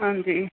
ਹਾਂਜੀ